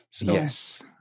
Yes